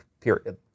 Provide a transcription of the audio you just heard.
period